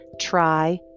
Try